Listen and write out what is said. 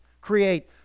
create